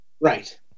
Right